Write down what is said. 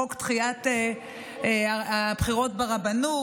חוק דחיית הבחירות ברבנות,